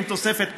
עם תוספת קטנה.